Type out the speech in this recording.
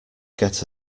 get